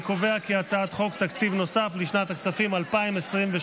אני קובע כי הצעת חוק תקציב נוסף לשנת הכספים 2023,